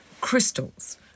crystals